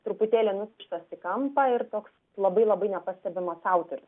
truputėlį nukištas į kampą ir toks labai labai nepastebimas autorius